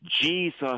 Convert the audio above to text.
jesus